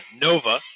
Nova